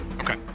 Okay